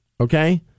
Okay